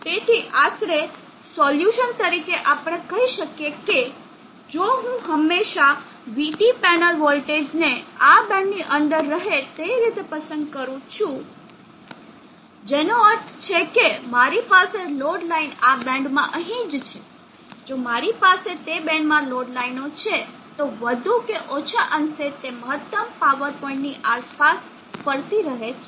તેથી આશરે સોલ્યુશન તરીકે આપણે કહીં શકીએ કે જો હું હંમેશાં vT પેનલ વોલ્ટેજને આ બેન્ડની અંદર રહે તે રીતે પસંદ કરું છું જેનો અર્થ છે કે મારી પાસે લોડ લાઇન આ બેન્ડમાં અહીં જ છે જો મારી પાસે તે બેન્ડમાં લોડ લાઇનો છે તો વધુ કે ઓછા અંશે તે મહત્તમ પાવર પોઇન્ટ ની આસપાસ ફરતી રહે છે